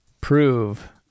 Prove